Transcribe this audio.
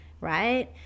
right